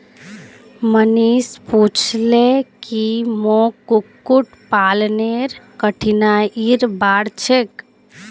मनीष पूछले की मोक कुक्कुट पालनेर कठिनाइर बार छेक